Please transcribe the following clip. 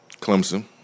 Clemson